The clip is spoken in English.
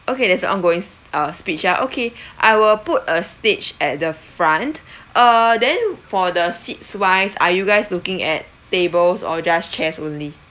okay there's a ongoing s~ uh speech ah okay I will put a stage at the front err then for the seats wise are you guys looking at tables or just chairs only